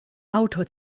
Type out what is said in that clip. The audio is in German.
autor